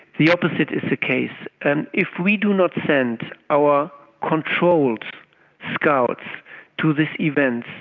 the opposite is the case. and if we do not send our controlled scouts to these events,